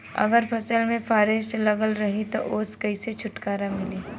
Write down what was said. अगर फसल में फारेस्ट लगल रही त ओस कइसे छूटकारा मिली?